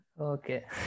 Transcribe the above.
Okay